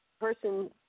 person